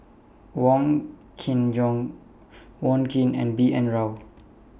Wong Kin Jong Wong Keen and B N Rao